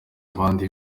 abandi